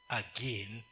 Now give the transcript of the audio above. again